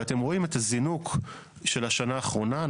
אתם רואים את הזינוק של השנה האחרונה.